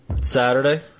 Saturday